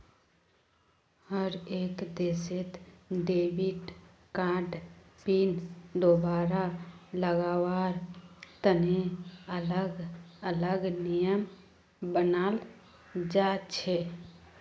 हर एक देशत debit card PIN दुबारा लगावार तने अलग अलग नियम बनाल जा छे